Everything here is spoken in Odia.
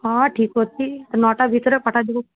ହଁ ଠିକ ଅଛି ଏ ନଅଟା ଭିତରେ ପଠାଯିବ